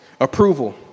approval